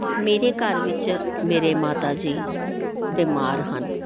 ਮੇਰੇ ਘਰ ਵਿੱਚ ਮੇਰੇ ਮਾਤਾ ਜੀ ਬਿਮਾਰ ਹਨ